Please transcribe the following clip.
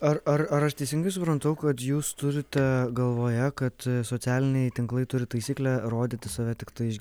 ar ar ar aš teisingai suprantu kad jūs turite galvoje kad socialiniai tinklai turi taisyklę rodyti save tiktai iš